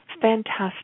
Fantastic